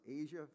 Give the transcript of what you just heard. Asia